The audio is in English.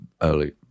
early